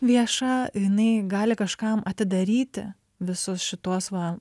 vieša jinai gali kažkam atidaryti visus šituos va